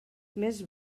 més